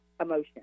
emotion